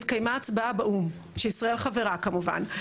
התקיימה הצבעה באו"ם שישראל חברה כמובן,